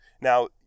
Now